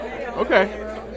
Okay